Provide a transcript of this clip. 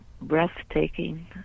breathtaking